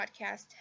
Podcast